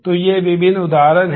तो ये विभिन्न उदाहरण हैं